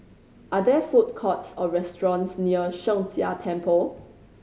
are there food courts or restaurants near Sheng Jia Temple